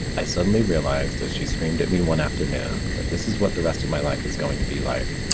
i suddenly realized as she screamed at me one afternoon that this is what the rest of my life was going to be like.